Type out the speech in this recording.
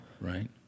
right